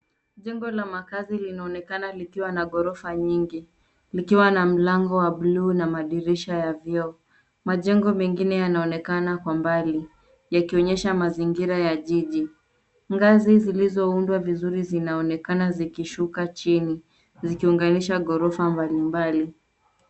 Jengo la makazi linaonekana likiwa na ghorofa nyingi, likiwa na ghorofa la buluu na madirisha ya vioo. Majengo mengine yanaonekana Kwa mbali yakionyesha mazingira ya jiji. Ngazi zilizoundwa vizuri zinaoonekana zikishuka chini zikiunganisha ghorofa mbalimbali.